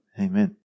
amen